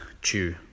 chew